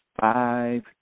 five